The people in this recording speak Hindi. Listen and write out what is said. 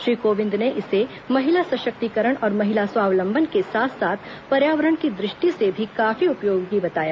श्री कोविंद ने इसे महिला सशक्तिकरण और महिला स्वावलंबन के साथ साथ पर्यावरण की दृष्टि से भी काफी उपयोगी बताया